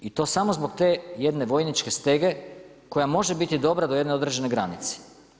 I to samo zbog te jedne vojničke stege koja može biti dobra do jedne određene granice.